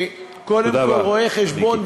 קודם כול רואי-חשבון,